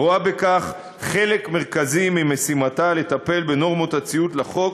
רואה בכך חלק מרכזי ממשימתה לטפל בנורמות הציות לחוק